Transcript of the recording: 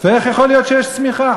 ואיך יכול להיות שיש צמיחה?